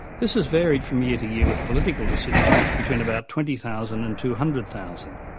this has varied from year to year with political decisions between about twenty thousand and two hundred thousand.